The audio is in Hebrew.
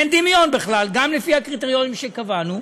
אין דמיון בכלל, גם לפי הקריטריונים שקבענו,